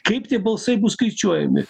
kaip tie balsai bus skaičiuojami